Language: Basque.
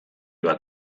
bat